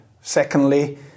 Secondly